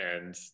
and-